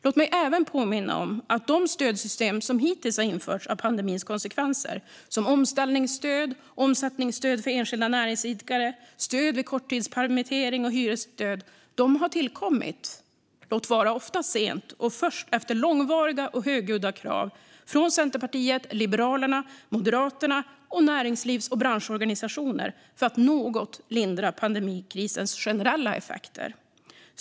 Låt mig även påminna om att de stödsystem som hittills har införts för pandemins konsekvenser, som omställningsstöd, omsättningsstöd för enskilda näringsidkare, stöd vid korttidspermittering och hyresstöd, har tillkommit - låt vara ofta sent och först efter långvariga och högljudda krav från Centerpartiet, Liberalerna, Moderaterna och näringslivs och branschorganisationer - för att något lindra pandemikrisens generella effekter.